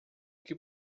que